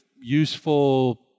useful